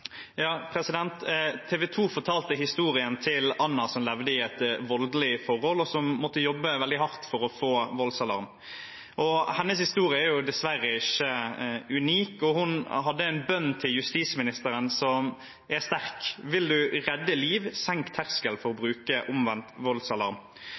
fortalte historien til Anna, som levde i et voldelig forhold, og som måtte jobbe veldig hardt for å få voldsalarm. Hennes historie er dessverre ikke unik, og hun hadde en sterk bønn til justisministeren: Vil du redde liv, så senk terskelen for å